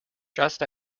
just